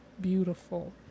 beautiful